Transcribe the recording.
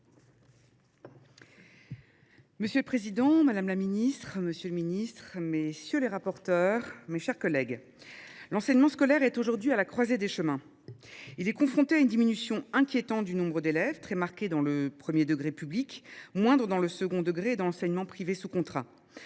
Monsieur le président, madame, monsieur les ministres, mes chers collègues, l’enseignement scolaire est aujourd’hui à la croisée des chemins. Il est confronté à une diminution inquiétante du nombre d’élèves, très marquée dans le premier degré de l’enseignement public, moindre dans le second degré et dans l’enseignement privé sous contrat.